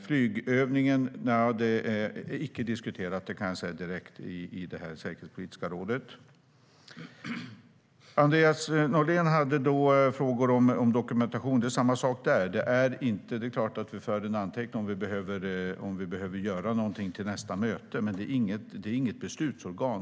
Flygövningen är icke diskuterad - det kan jag säga direkt - i det säkerhetspolitiska rådet. Andreas Norlén hade frågor om dokumentation. Det är samma sak där. Det är klart att vi för anteckningar om vi behöver göra någonting till nästa möte. Men det är inget beslutsorgan.